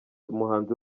umuhanzi